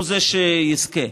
הוא שיזכה.